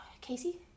Casey